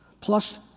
Plus